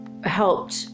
helped